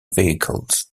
vehicles